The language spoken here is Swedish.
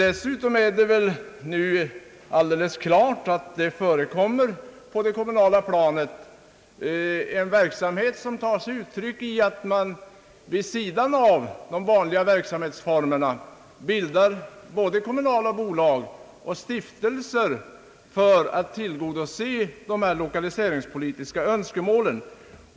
Dessutom är det väl klart att det på det kommunala planet förekommer en verksamhet som tar sig uttryck i att man vid sidan av de vanliga verksamhetsformerna bildar kommunala bolag och stiftelser för att tillgodose de lokaliseringspolitiska önskemålen.